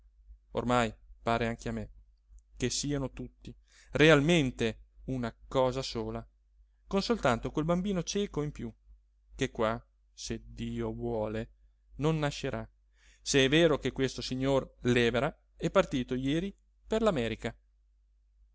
bindi ormai pare anche a me che siano tutti realmente una cosa sola con soltanto quel bambino cieco in piú che qua se dio vuole non nascerà se è vero che questo signor lèvera è partito jeri per